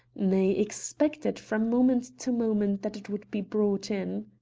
nay expected from moment to moment, that it would be brought in.